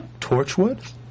Torchwood